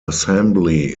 assembly